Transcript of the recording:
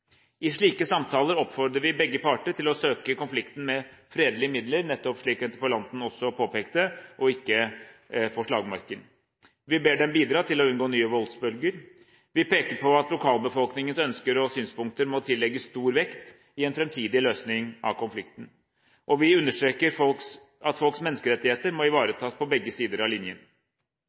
I slike samtaler oppfordrer vi begge parter til å søke å løse konflikten med fredelige midler, nettopp slik interpellanten også påpekte, og ikke på slagmarken. Vi ber dem bidra til å unngå nye voldsbølger. Vi peker på at lokalbefolkningens ønsker og synspunkter må tillegges stor vekt i en framtidig løsning av konflikten, og vi understreker at folks menneskerettigheter må ivaretas på begge sider av linjen.